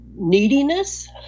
neediness